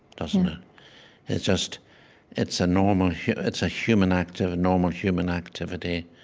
doesn't it? it just it's a normal it's a human act of a normal human activity.